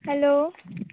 hello